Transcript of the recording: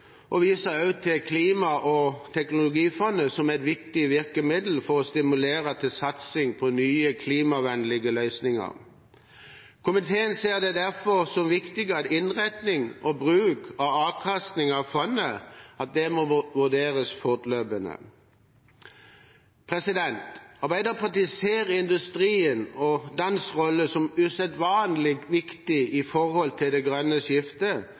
og viser også til klima- og teknologifondet som et viktig virkemiddel for å stimulere til satsing på nye klimavennlige løsninger. Komiteen ser det derfor som viktig at innretning og bruk av avkastningen av fondet vurderes fortløpende. Arbeiderpartiet ser industrien og dens rolle som usedvanlig viktig for det grønne skiftet